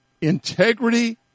Integrity